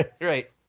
right